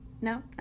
no